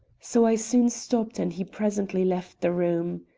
so i soon stopped and he presently left the room.